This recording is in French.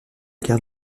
guerre